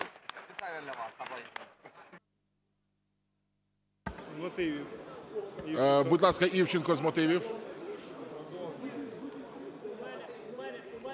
Будь ласка, Івченко з мотивів.